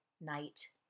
night